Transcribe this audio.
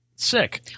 Sick